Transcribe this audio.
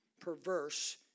perverse